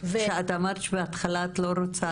שאת אמרת בהתחלה שאת לא רוצה להתייחס אליו.